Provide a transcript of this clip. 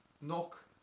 Knock